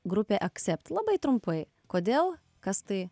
grupė accept labai trumpai kodėl kas tai